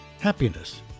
happiness